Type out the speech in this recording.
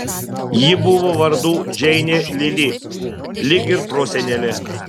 ji buvo vardu džeinė lili lyg ir prosenelė